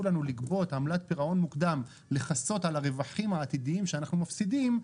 לנו לגבות עמלת פירעון מוקדם לכסות על הרווחים העתידיים שאנחנו מפסידים,